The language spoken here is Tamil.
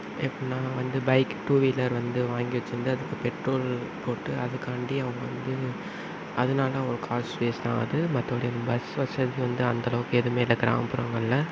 எப்புடின்னா வந்து பைக் டூ வீலர் வந்து வாங்கி வெச்சிருந்து அதுக்கு பெட்ரோல் போட்டு அதுக்காண்டி அவங்க வந்து அதனால அவ்வளோ காசு வேஸ்ட்டாகாது மற்றபடி பஸ் வசதி வந்து அந்தளவுக்கு எதுவுமே இல்லை கிராமப்புறங்களில்